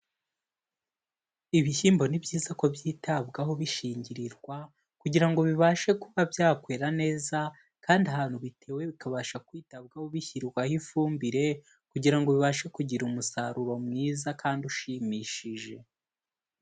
Ibishyimbo ni byiza ko byitabwaho bishingirwarirwa kugira ngo bibashe kuba byakwera neza, kandi ahantu bitewe bikabasha kwitabwaho bishyirwaho ifumbire kugira ngo bibashe kugira umusaruro mwiza kandi ushimishije.